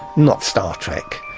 not star trek.